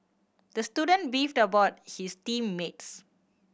the student beefed about his team mates